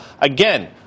again